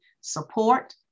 support